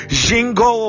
jingo